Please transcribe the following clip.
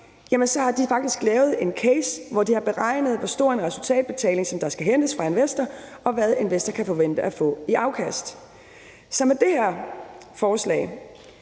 de har faktisk lavet en case, hvor de har beregnet, hvor stor en resultatbetaling der skal hentes fra investoren, og hvad investoren kan forvente at få i afkast. Så med det her forslag